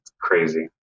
Crazy